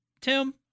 Tim